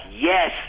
yes